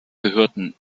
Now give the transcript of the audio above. gehörten